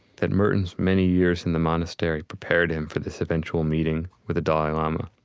that merton's many years in the monastery prepared him for this eventual meeting with the dalai lama.